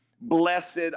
blessed